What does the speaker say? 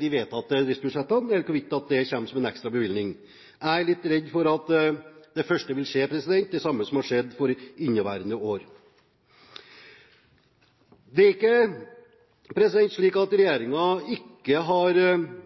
de vedtatte driftsbudsjettene, eller om det kommer som en ekstra bevilgning. Jeg er litt redd for at det første vil skje – det samme som har skjedd for inneværende år. Det er ikke slik at regjeringen på budsjettene ikke har